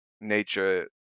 nature